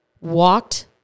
walked